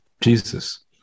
Jesus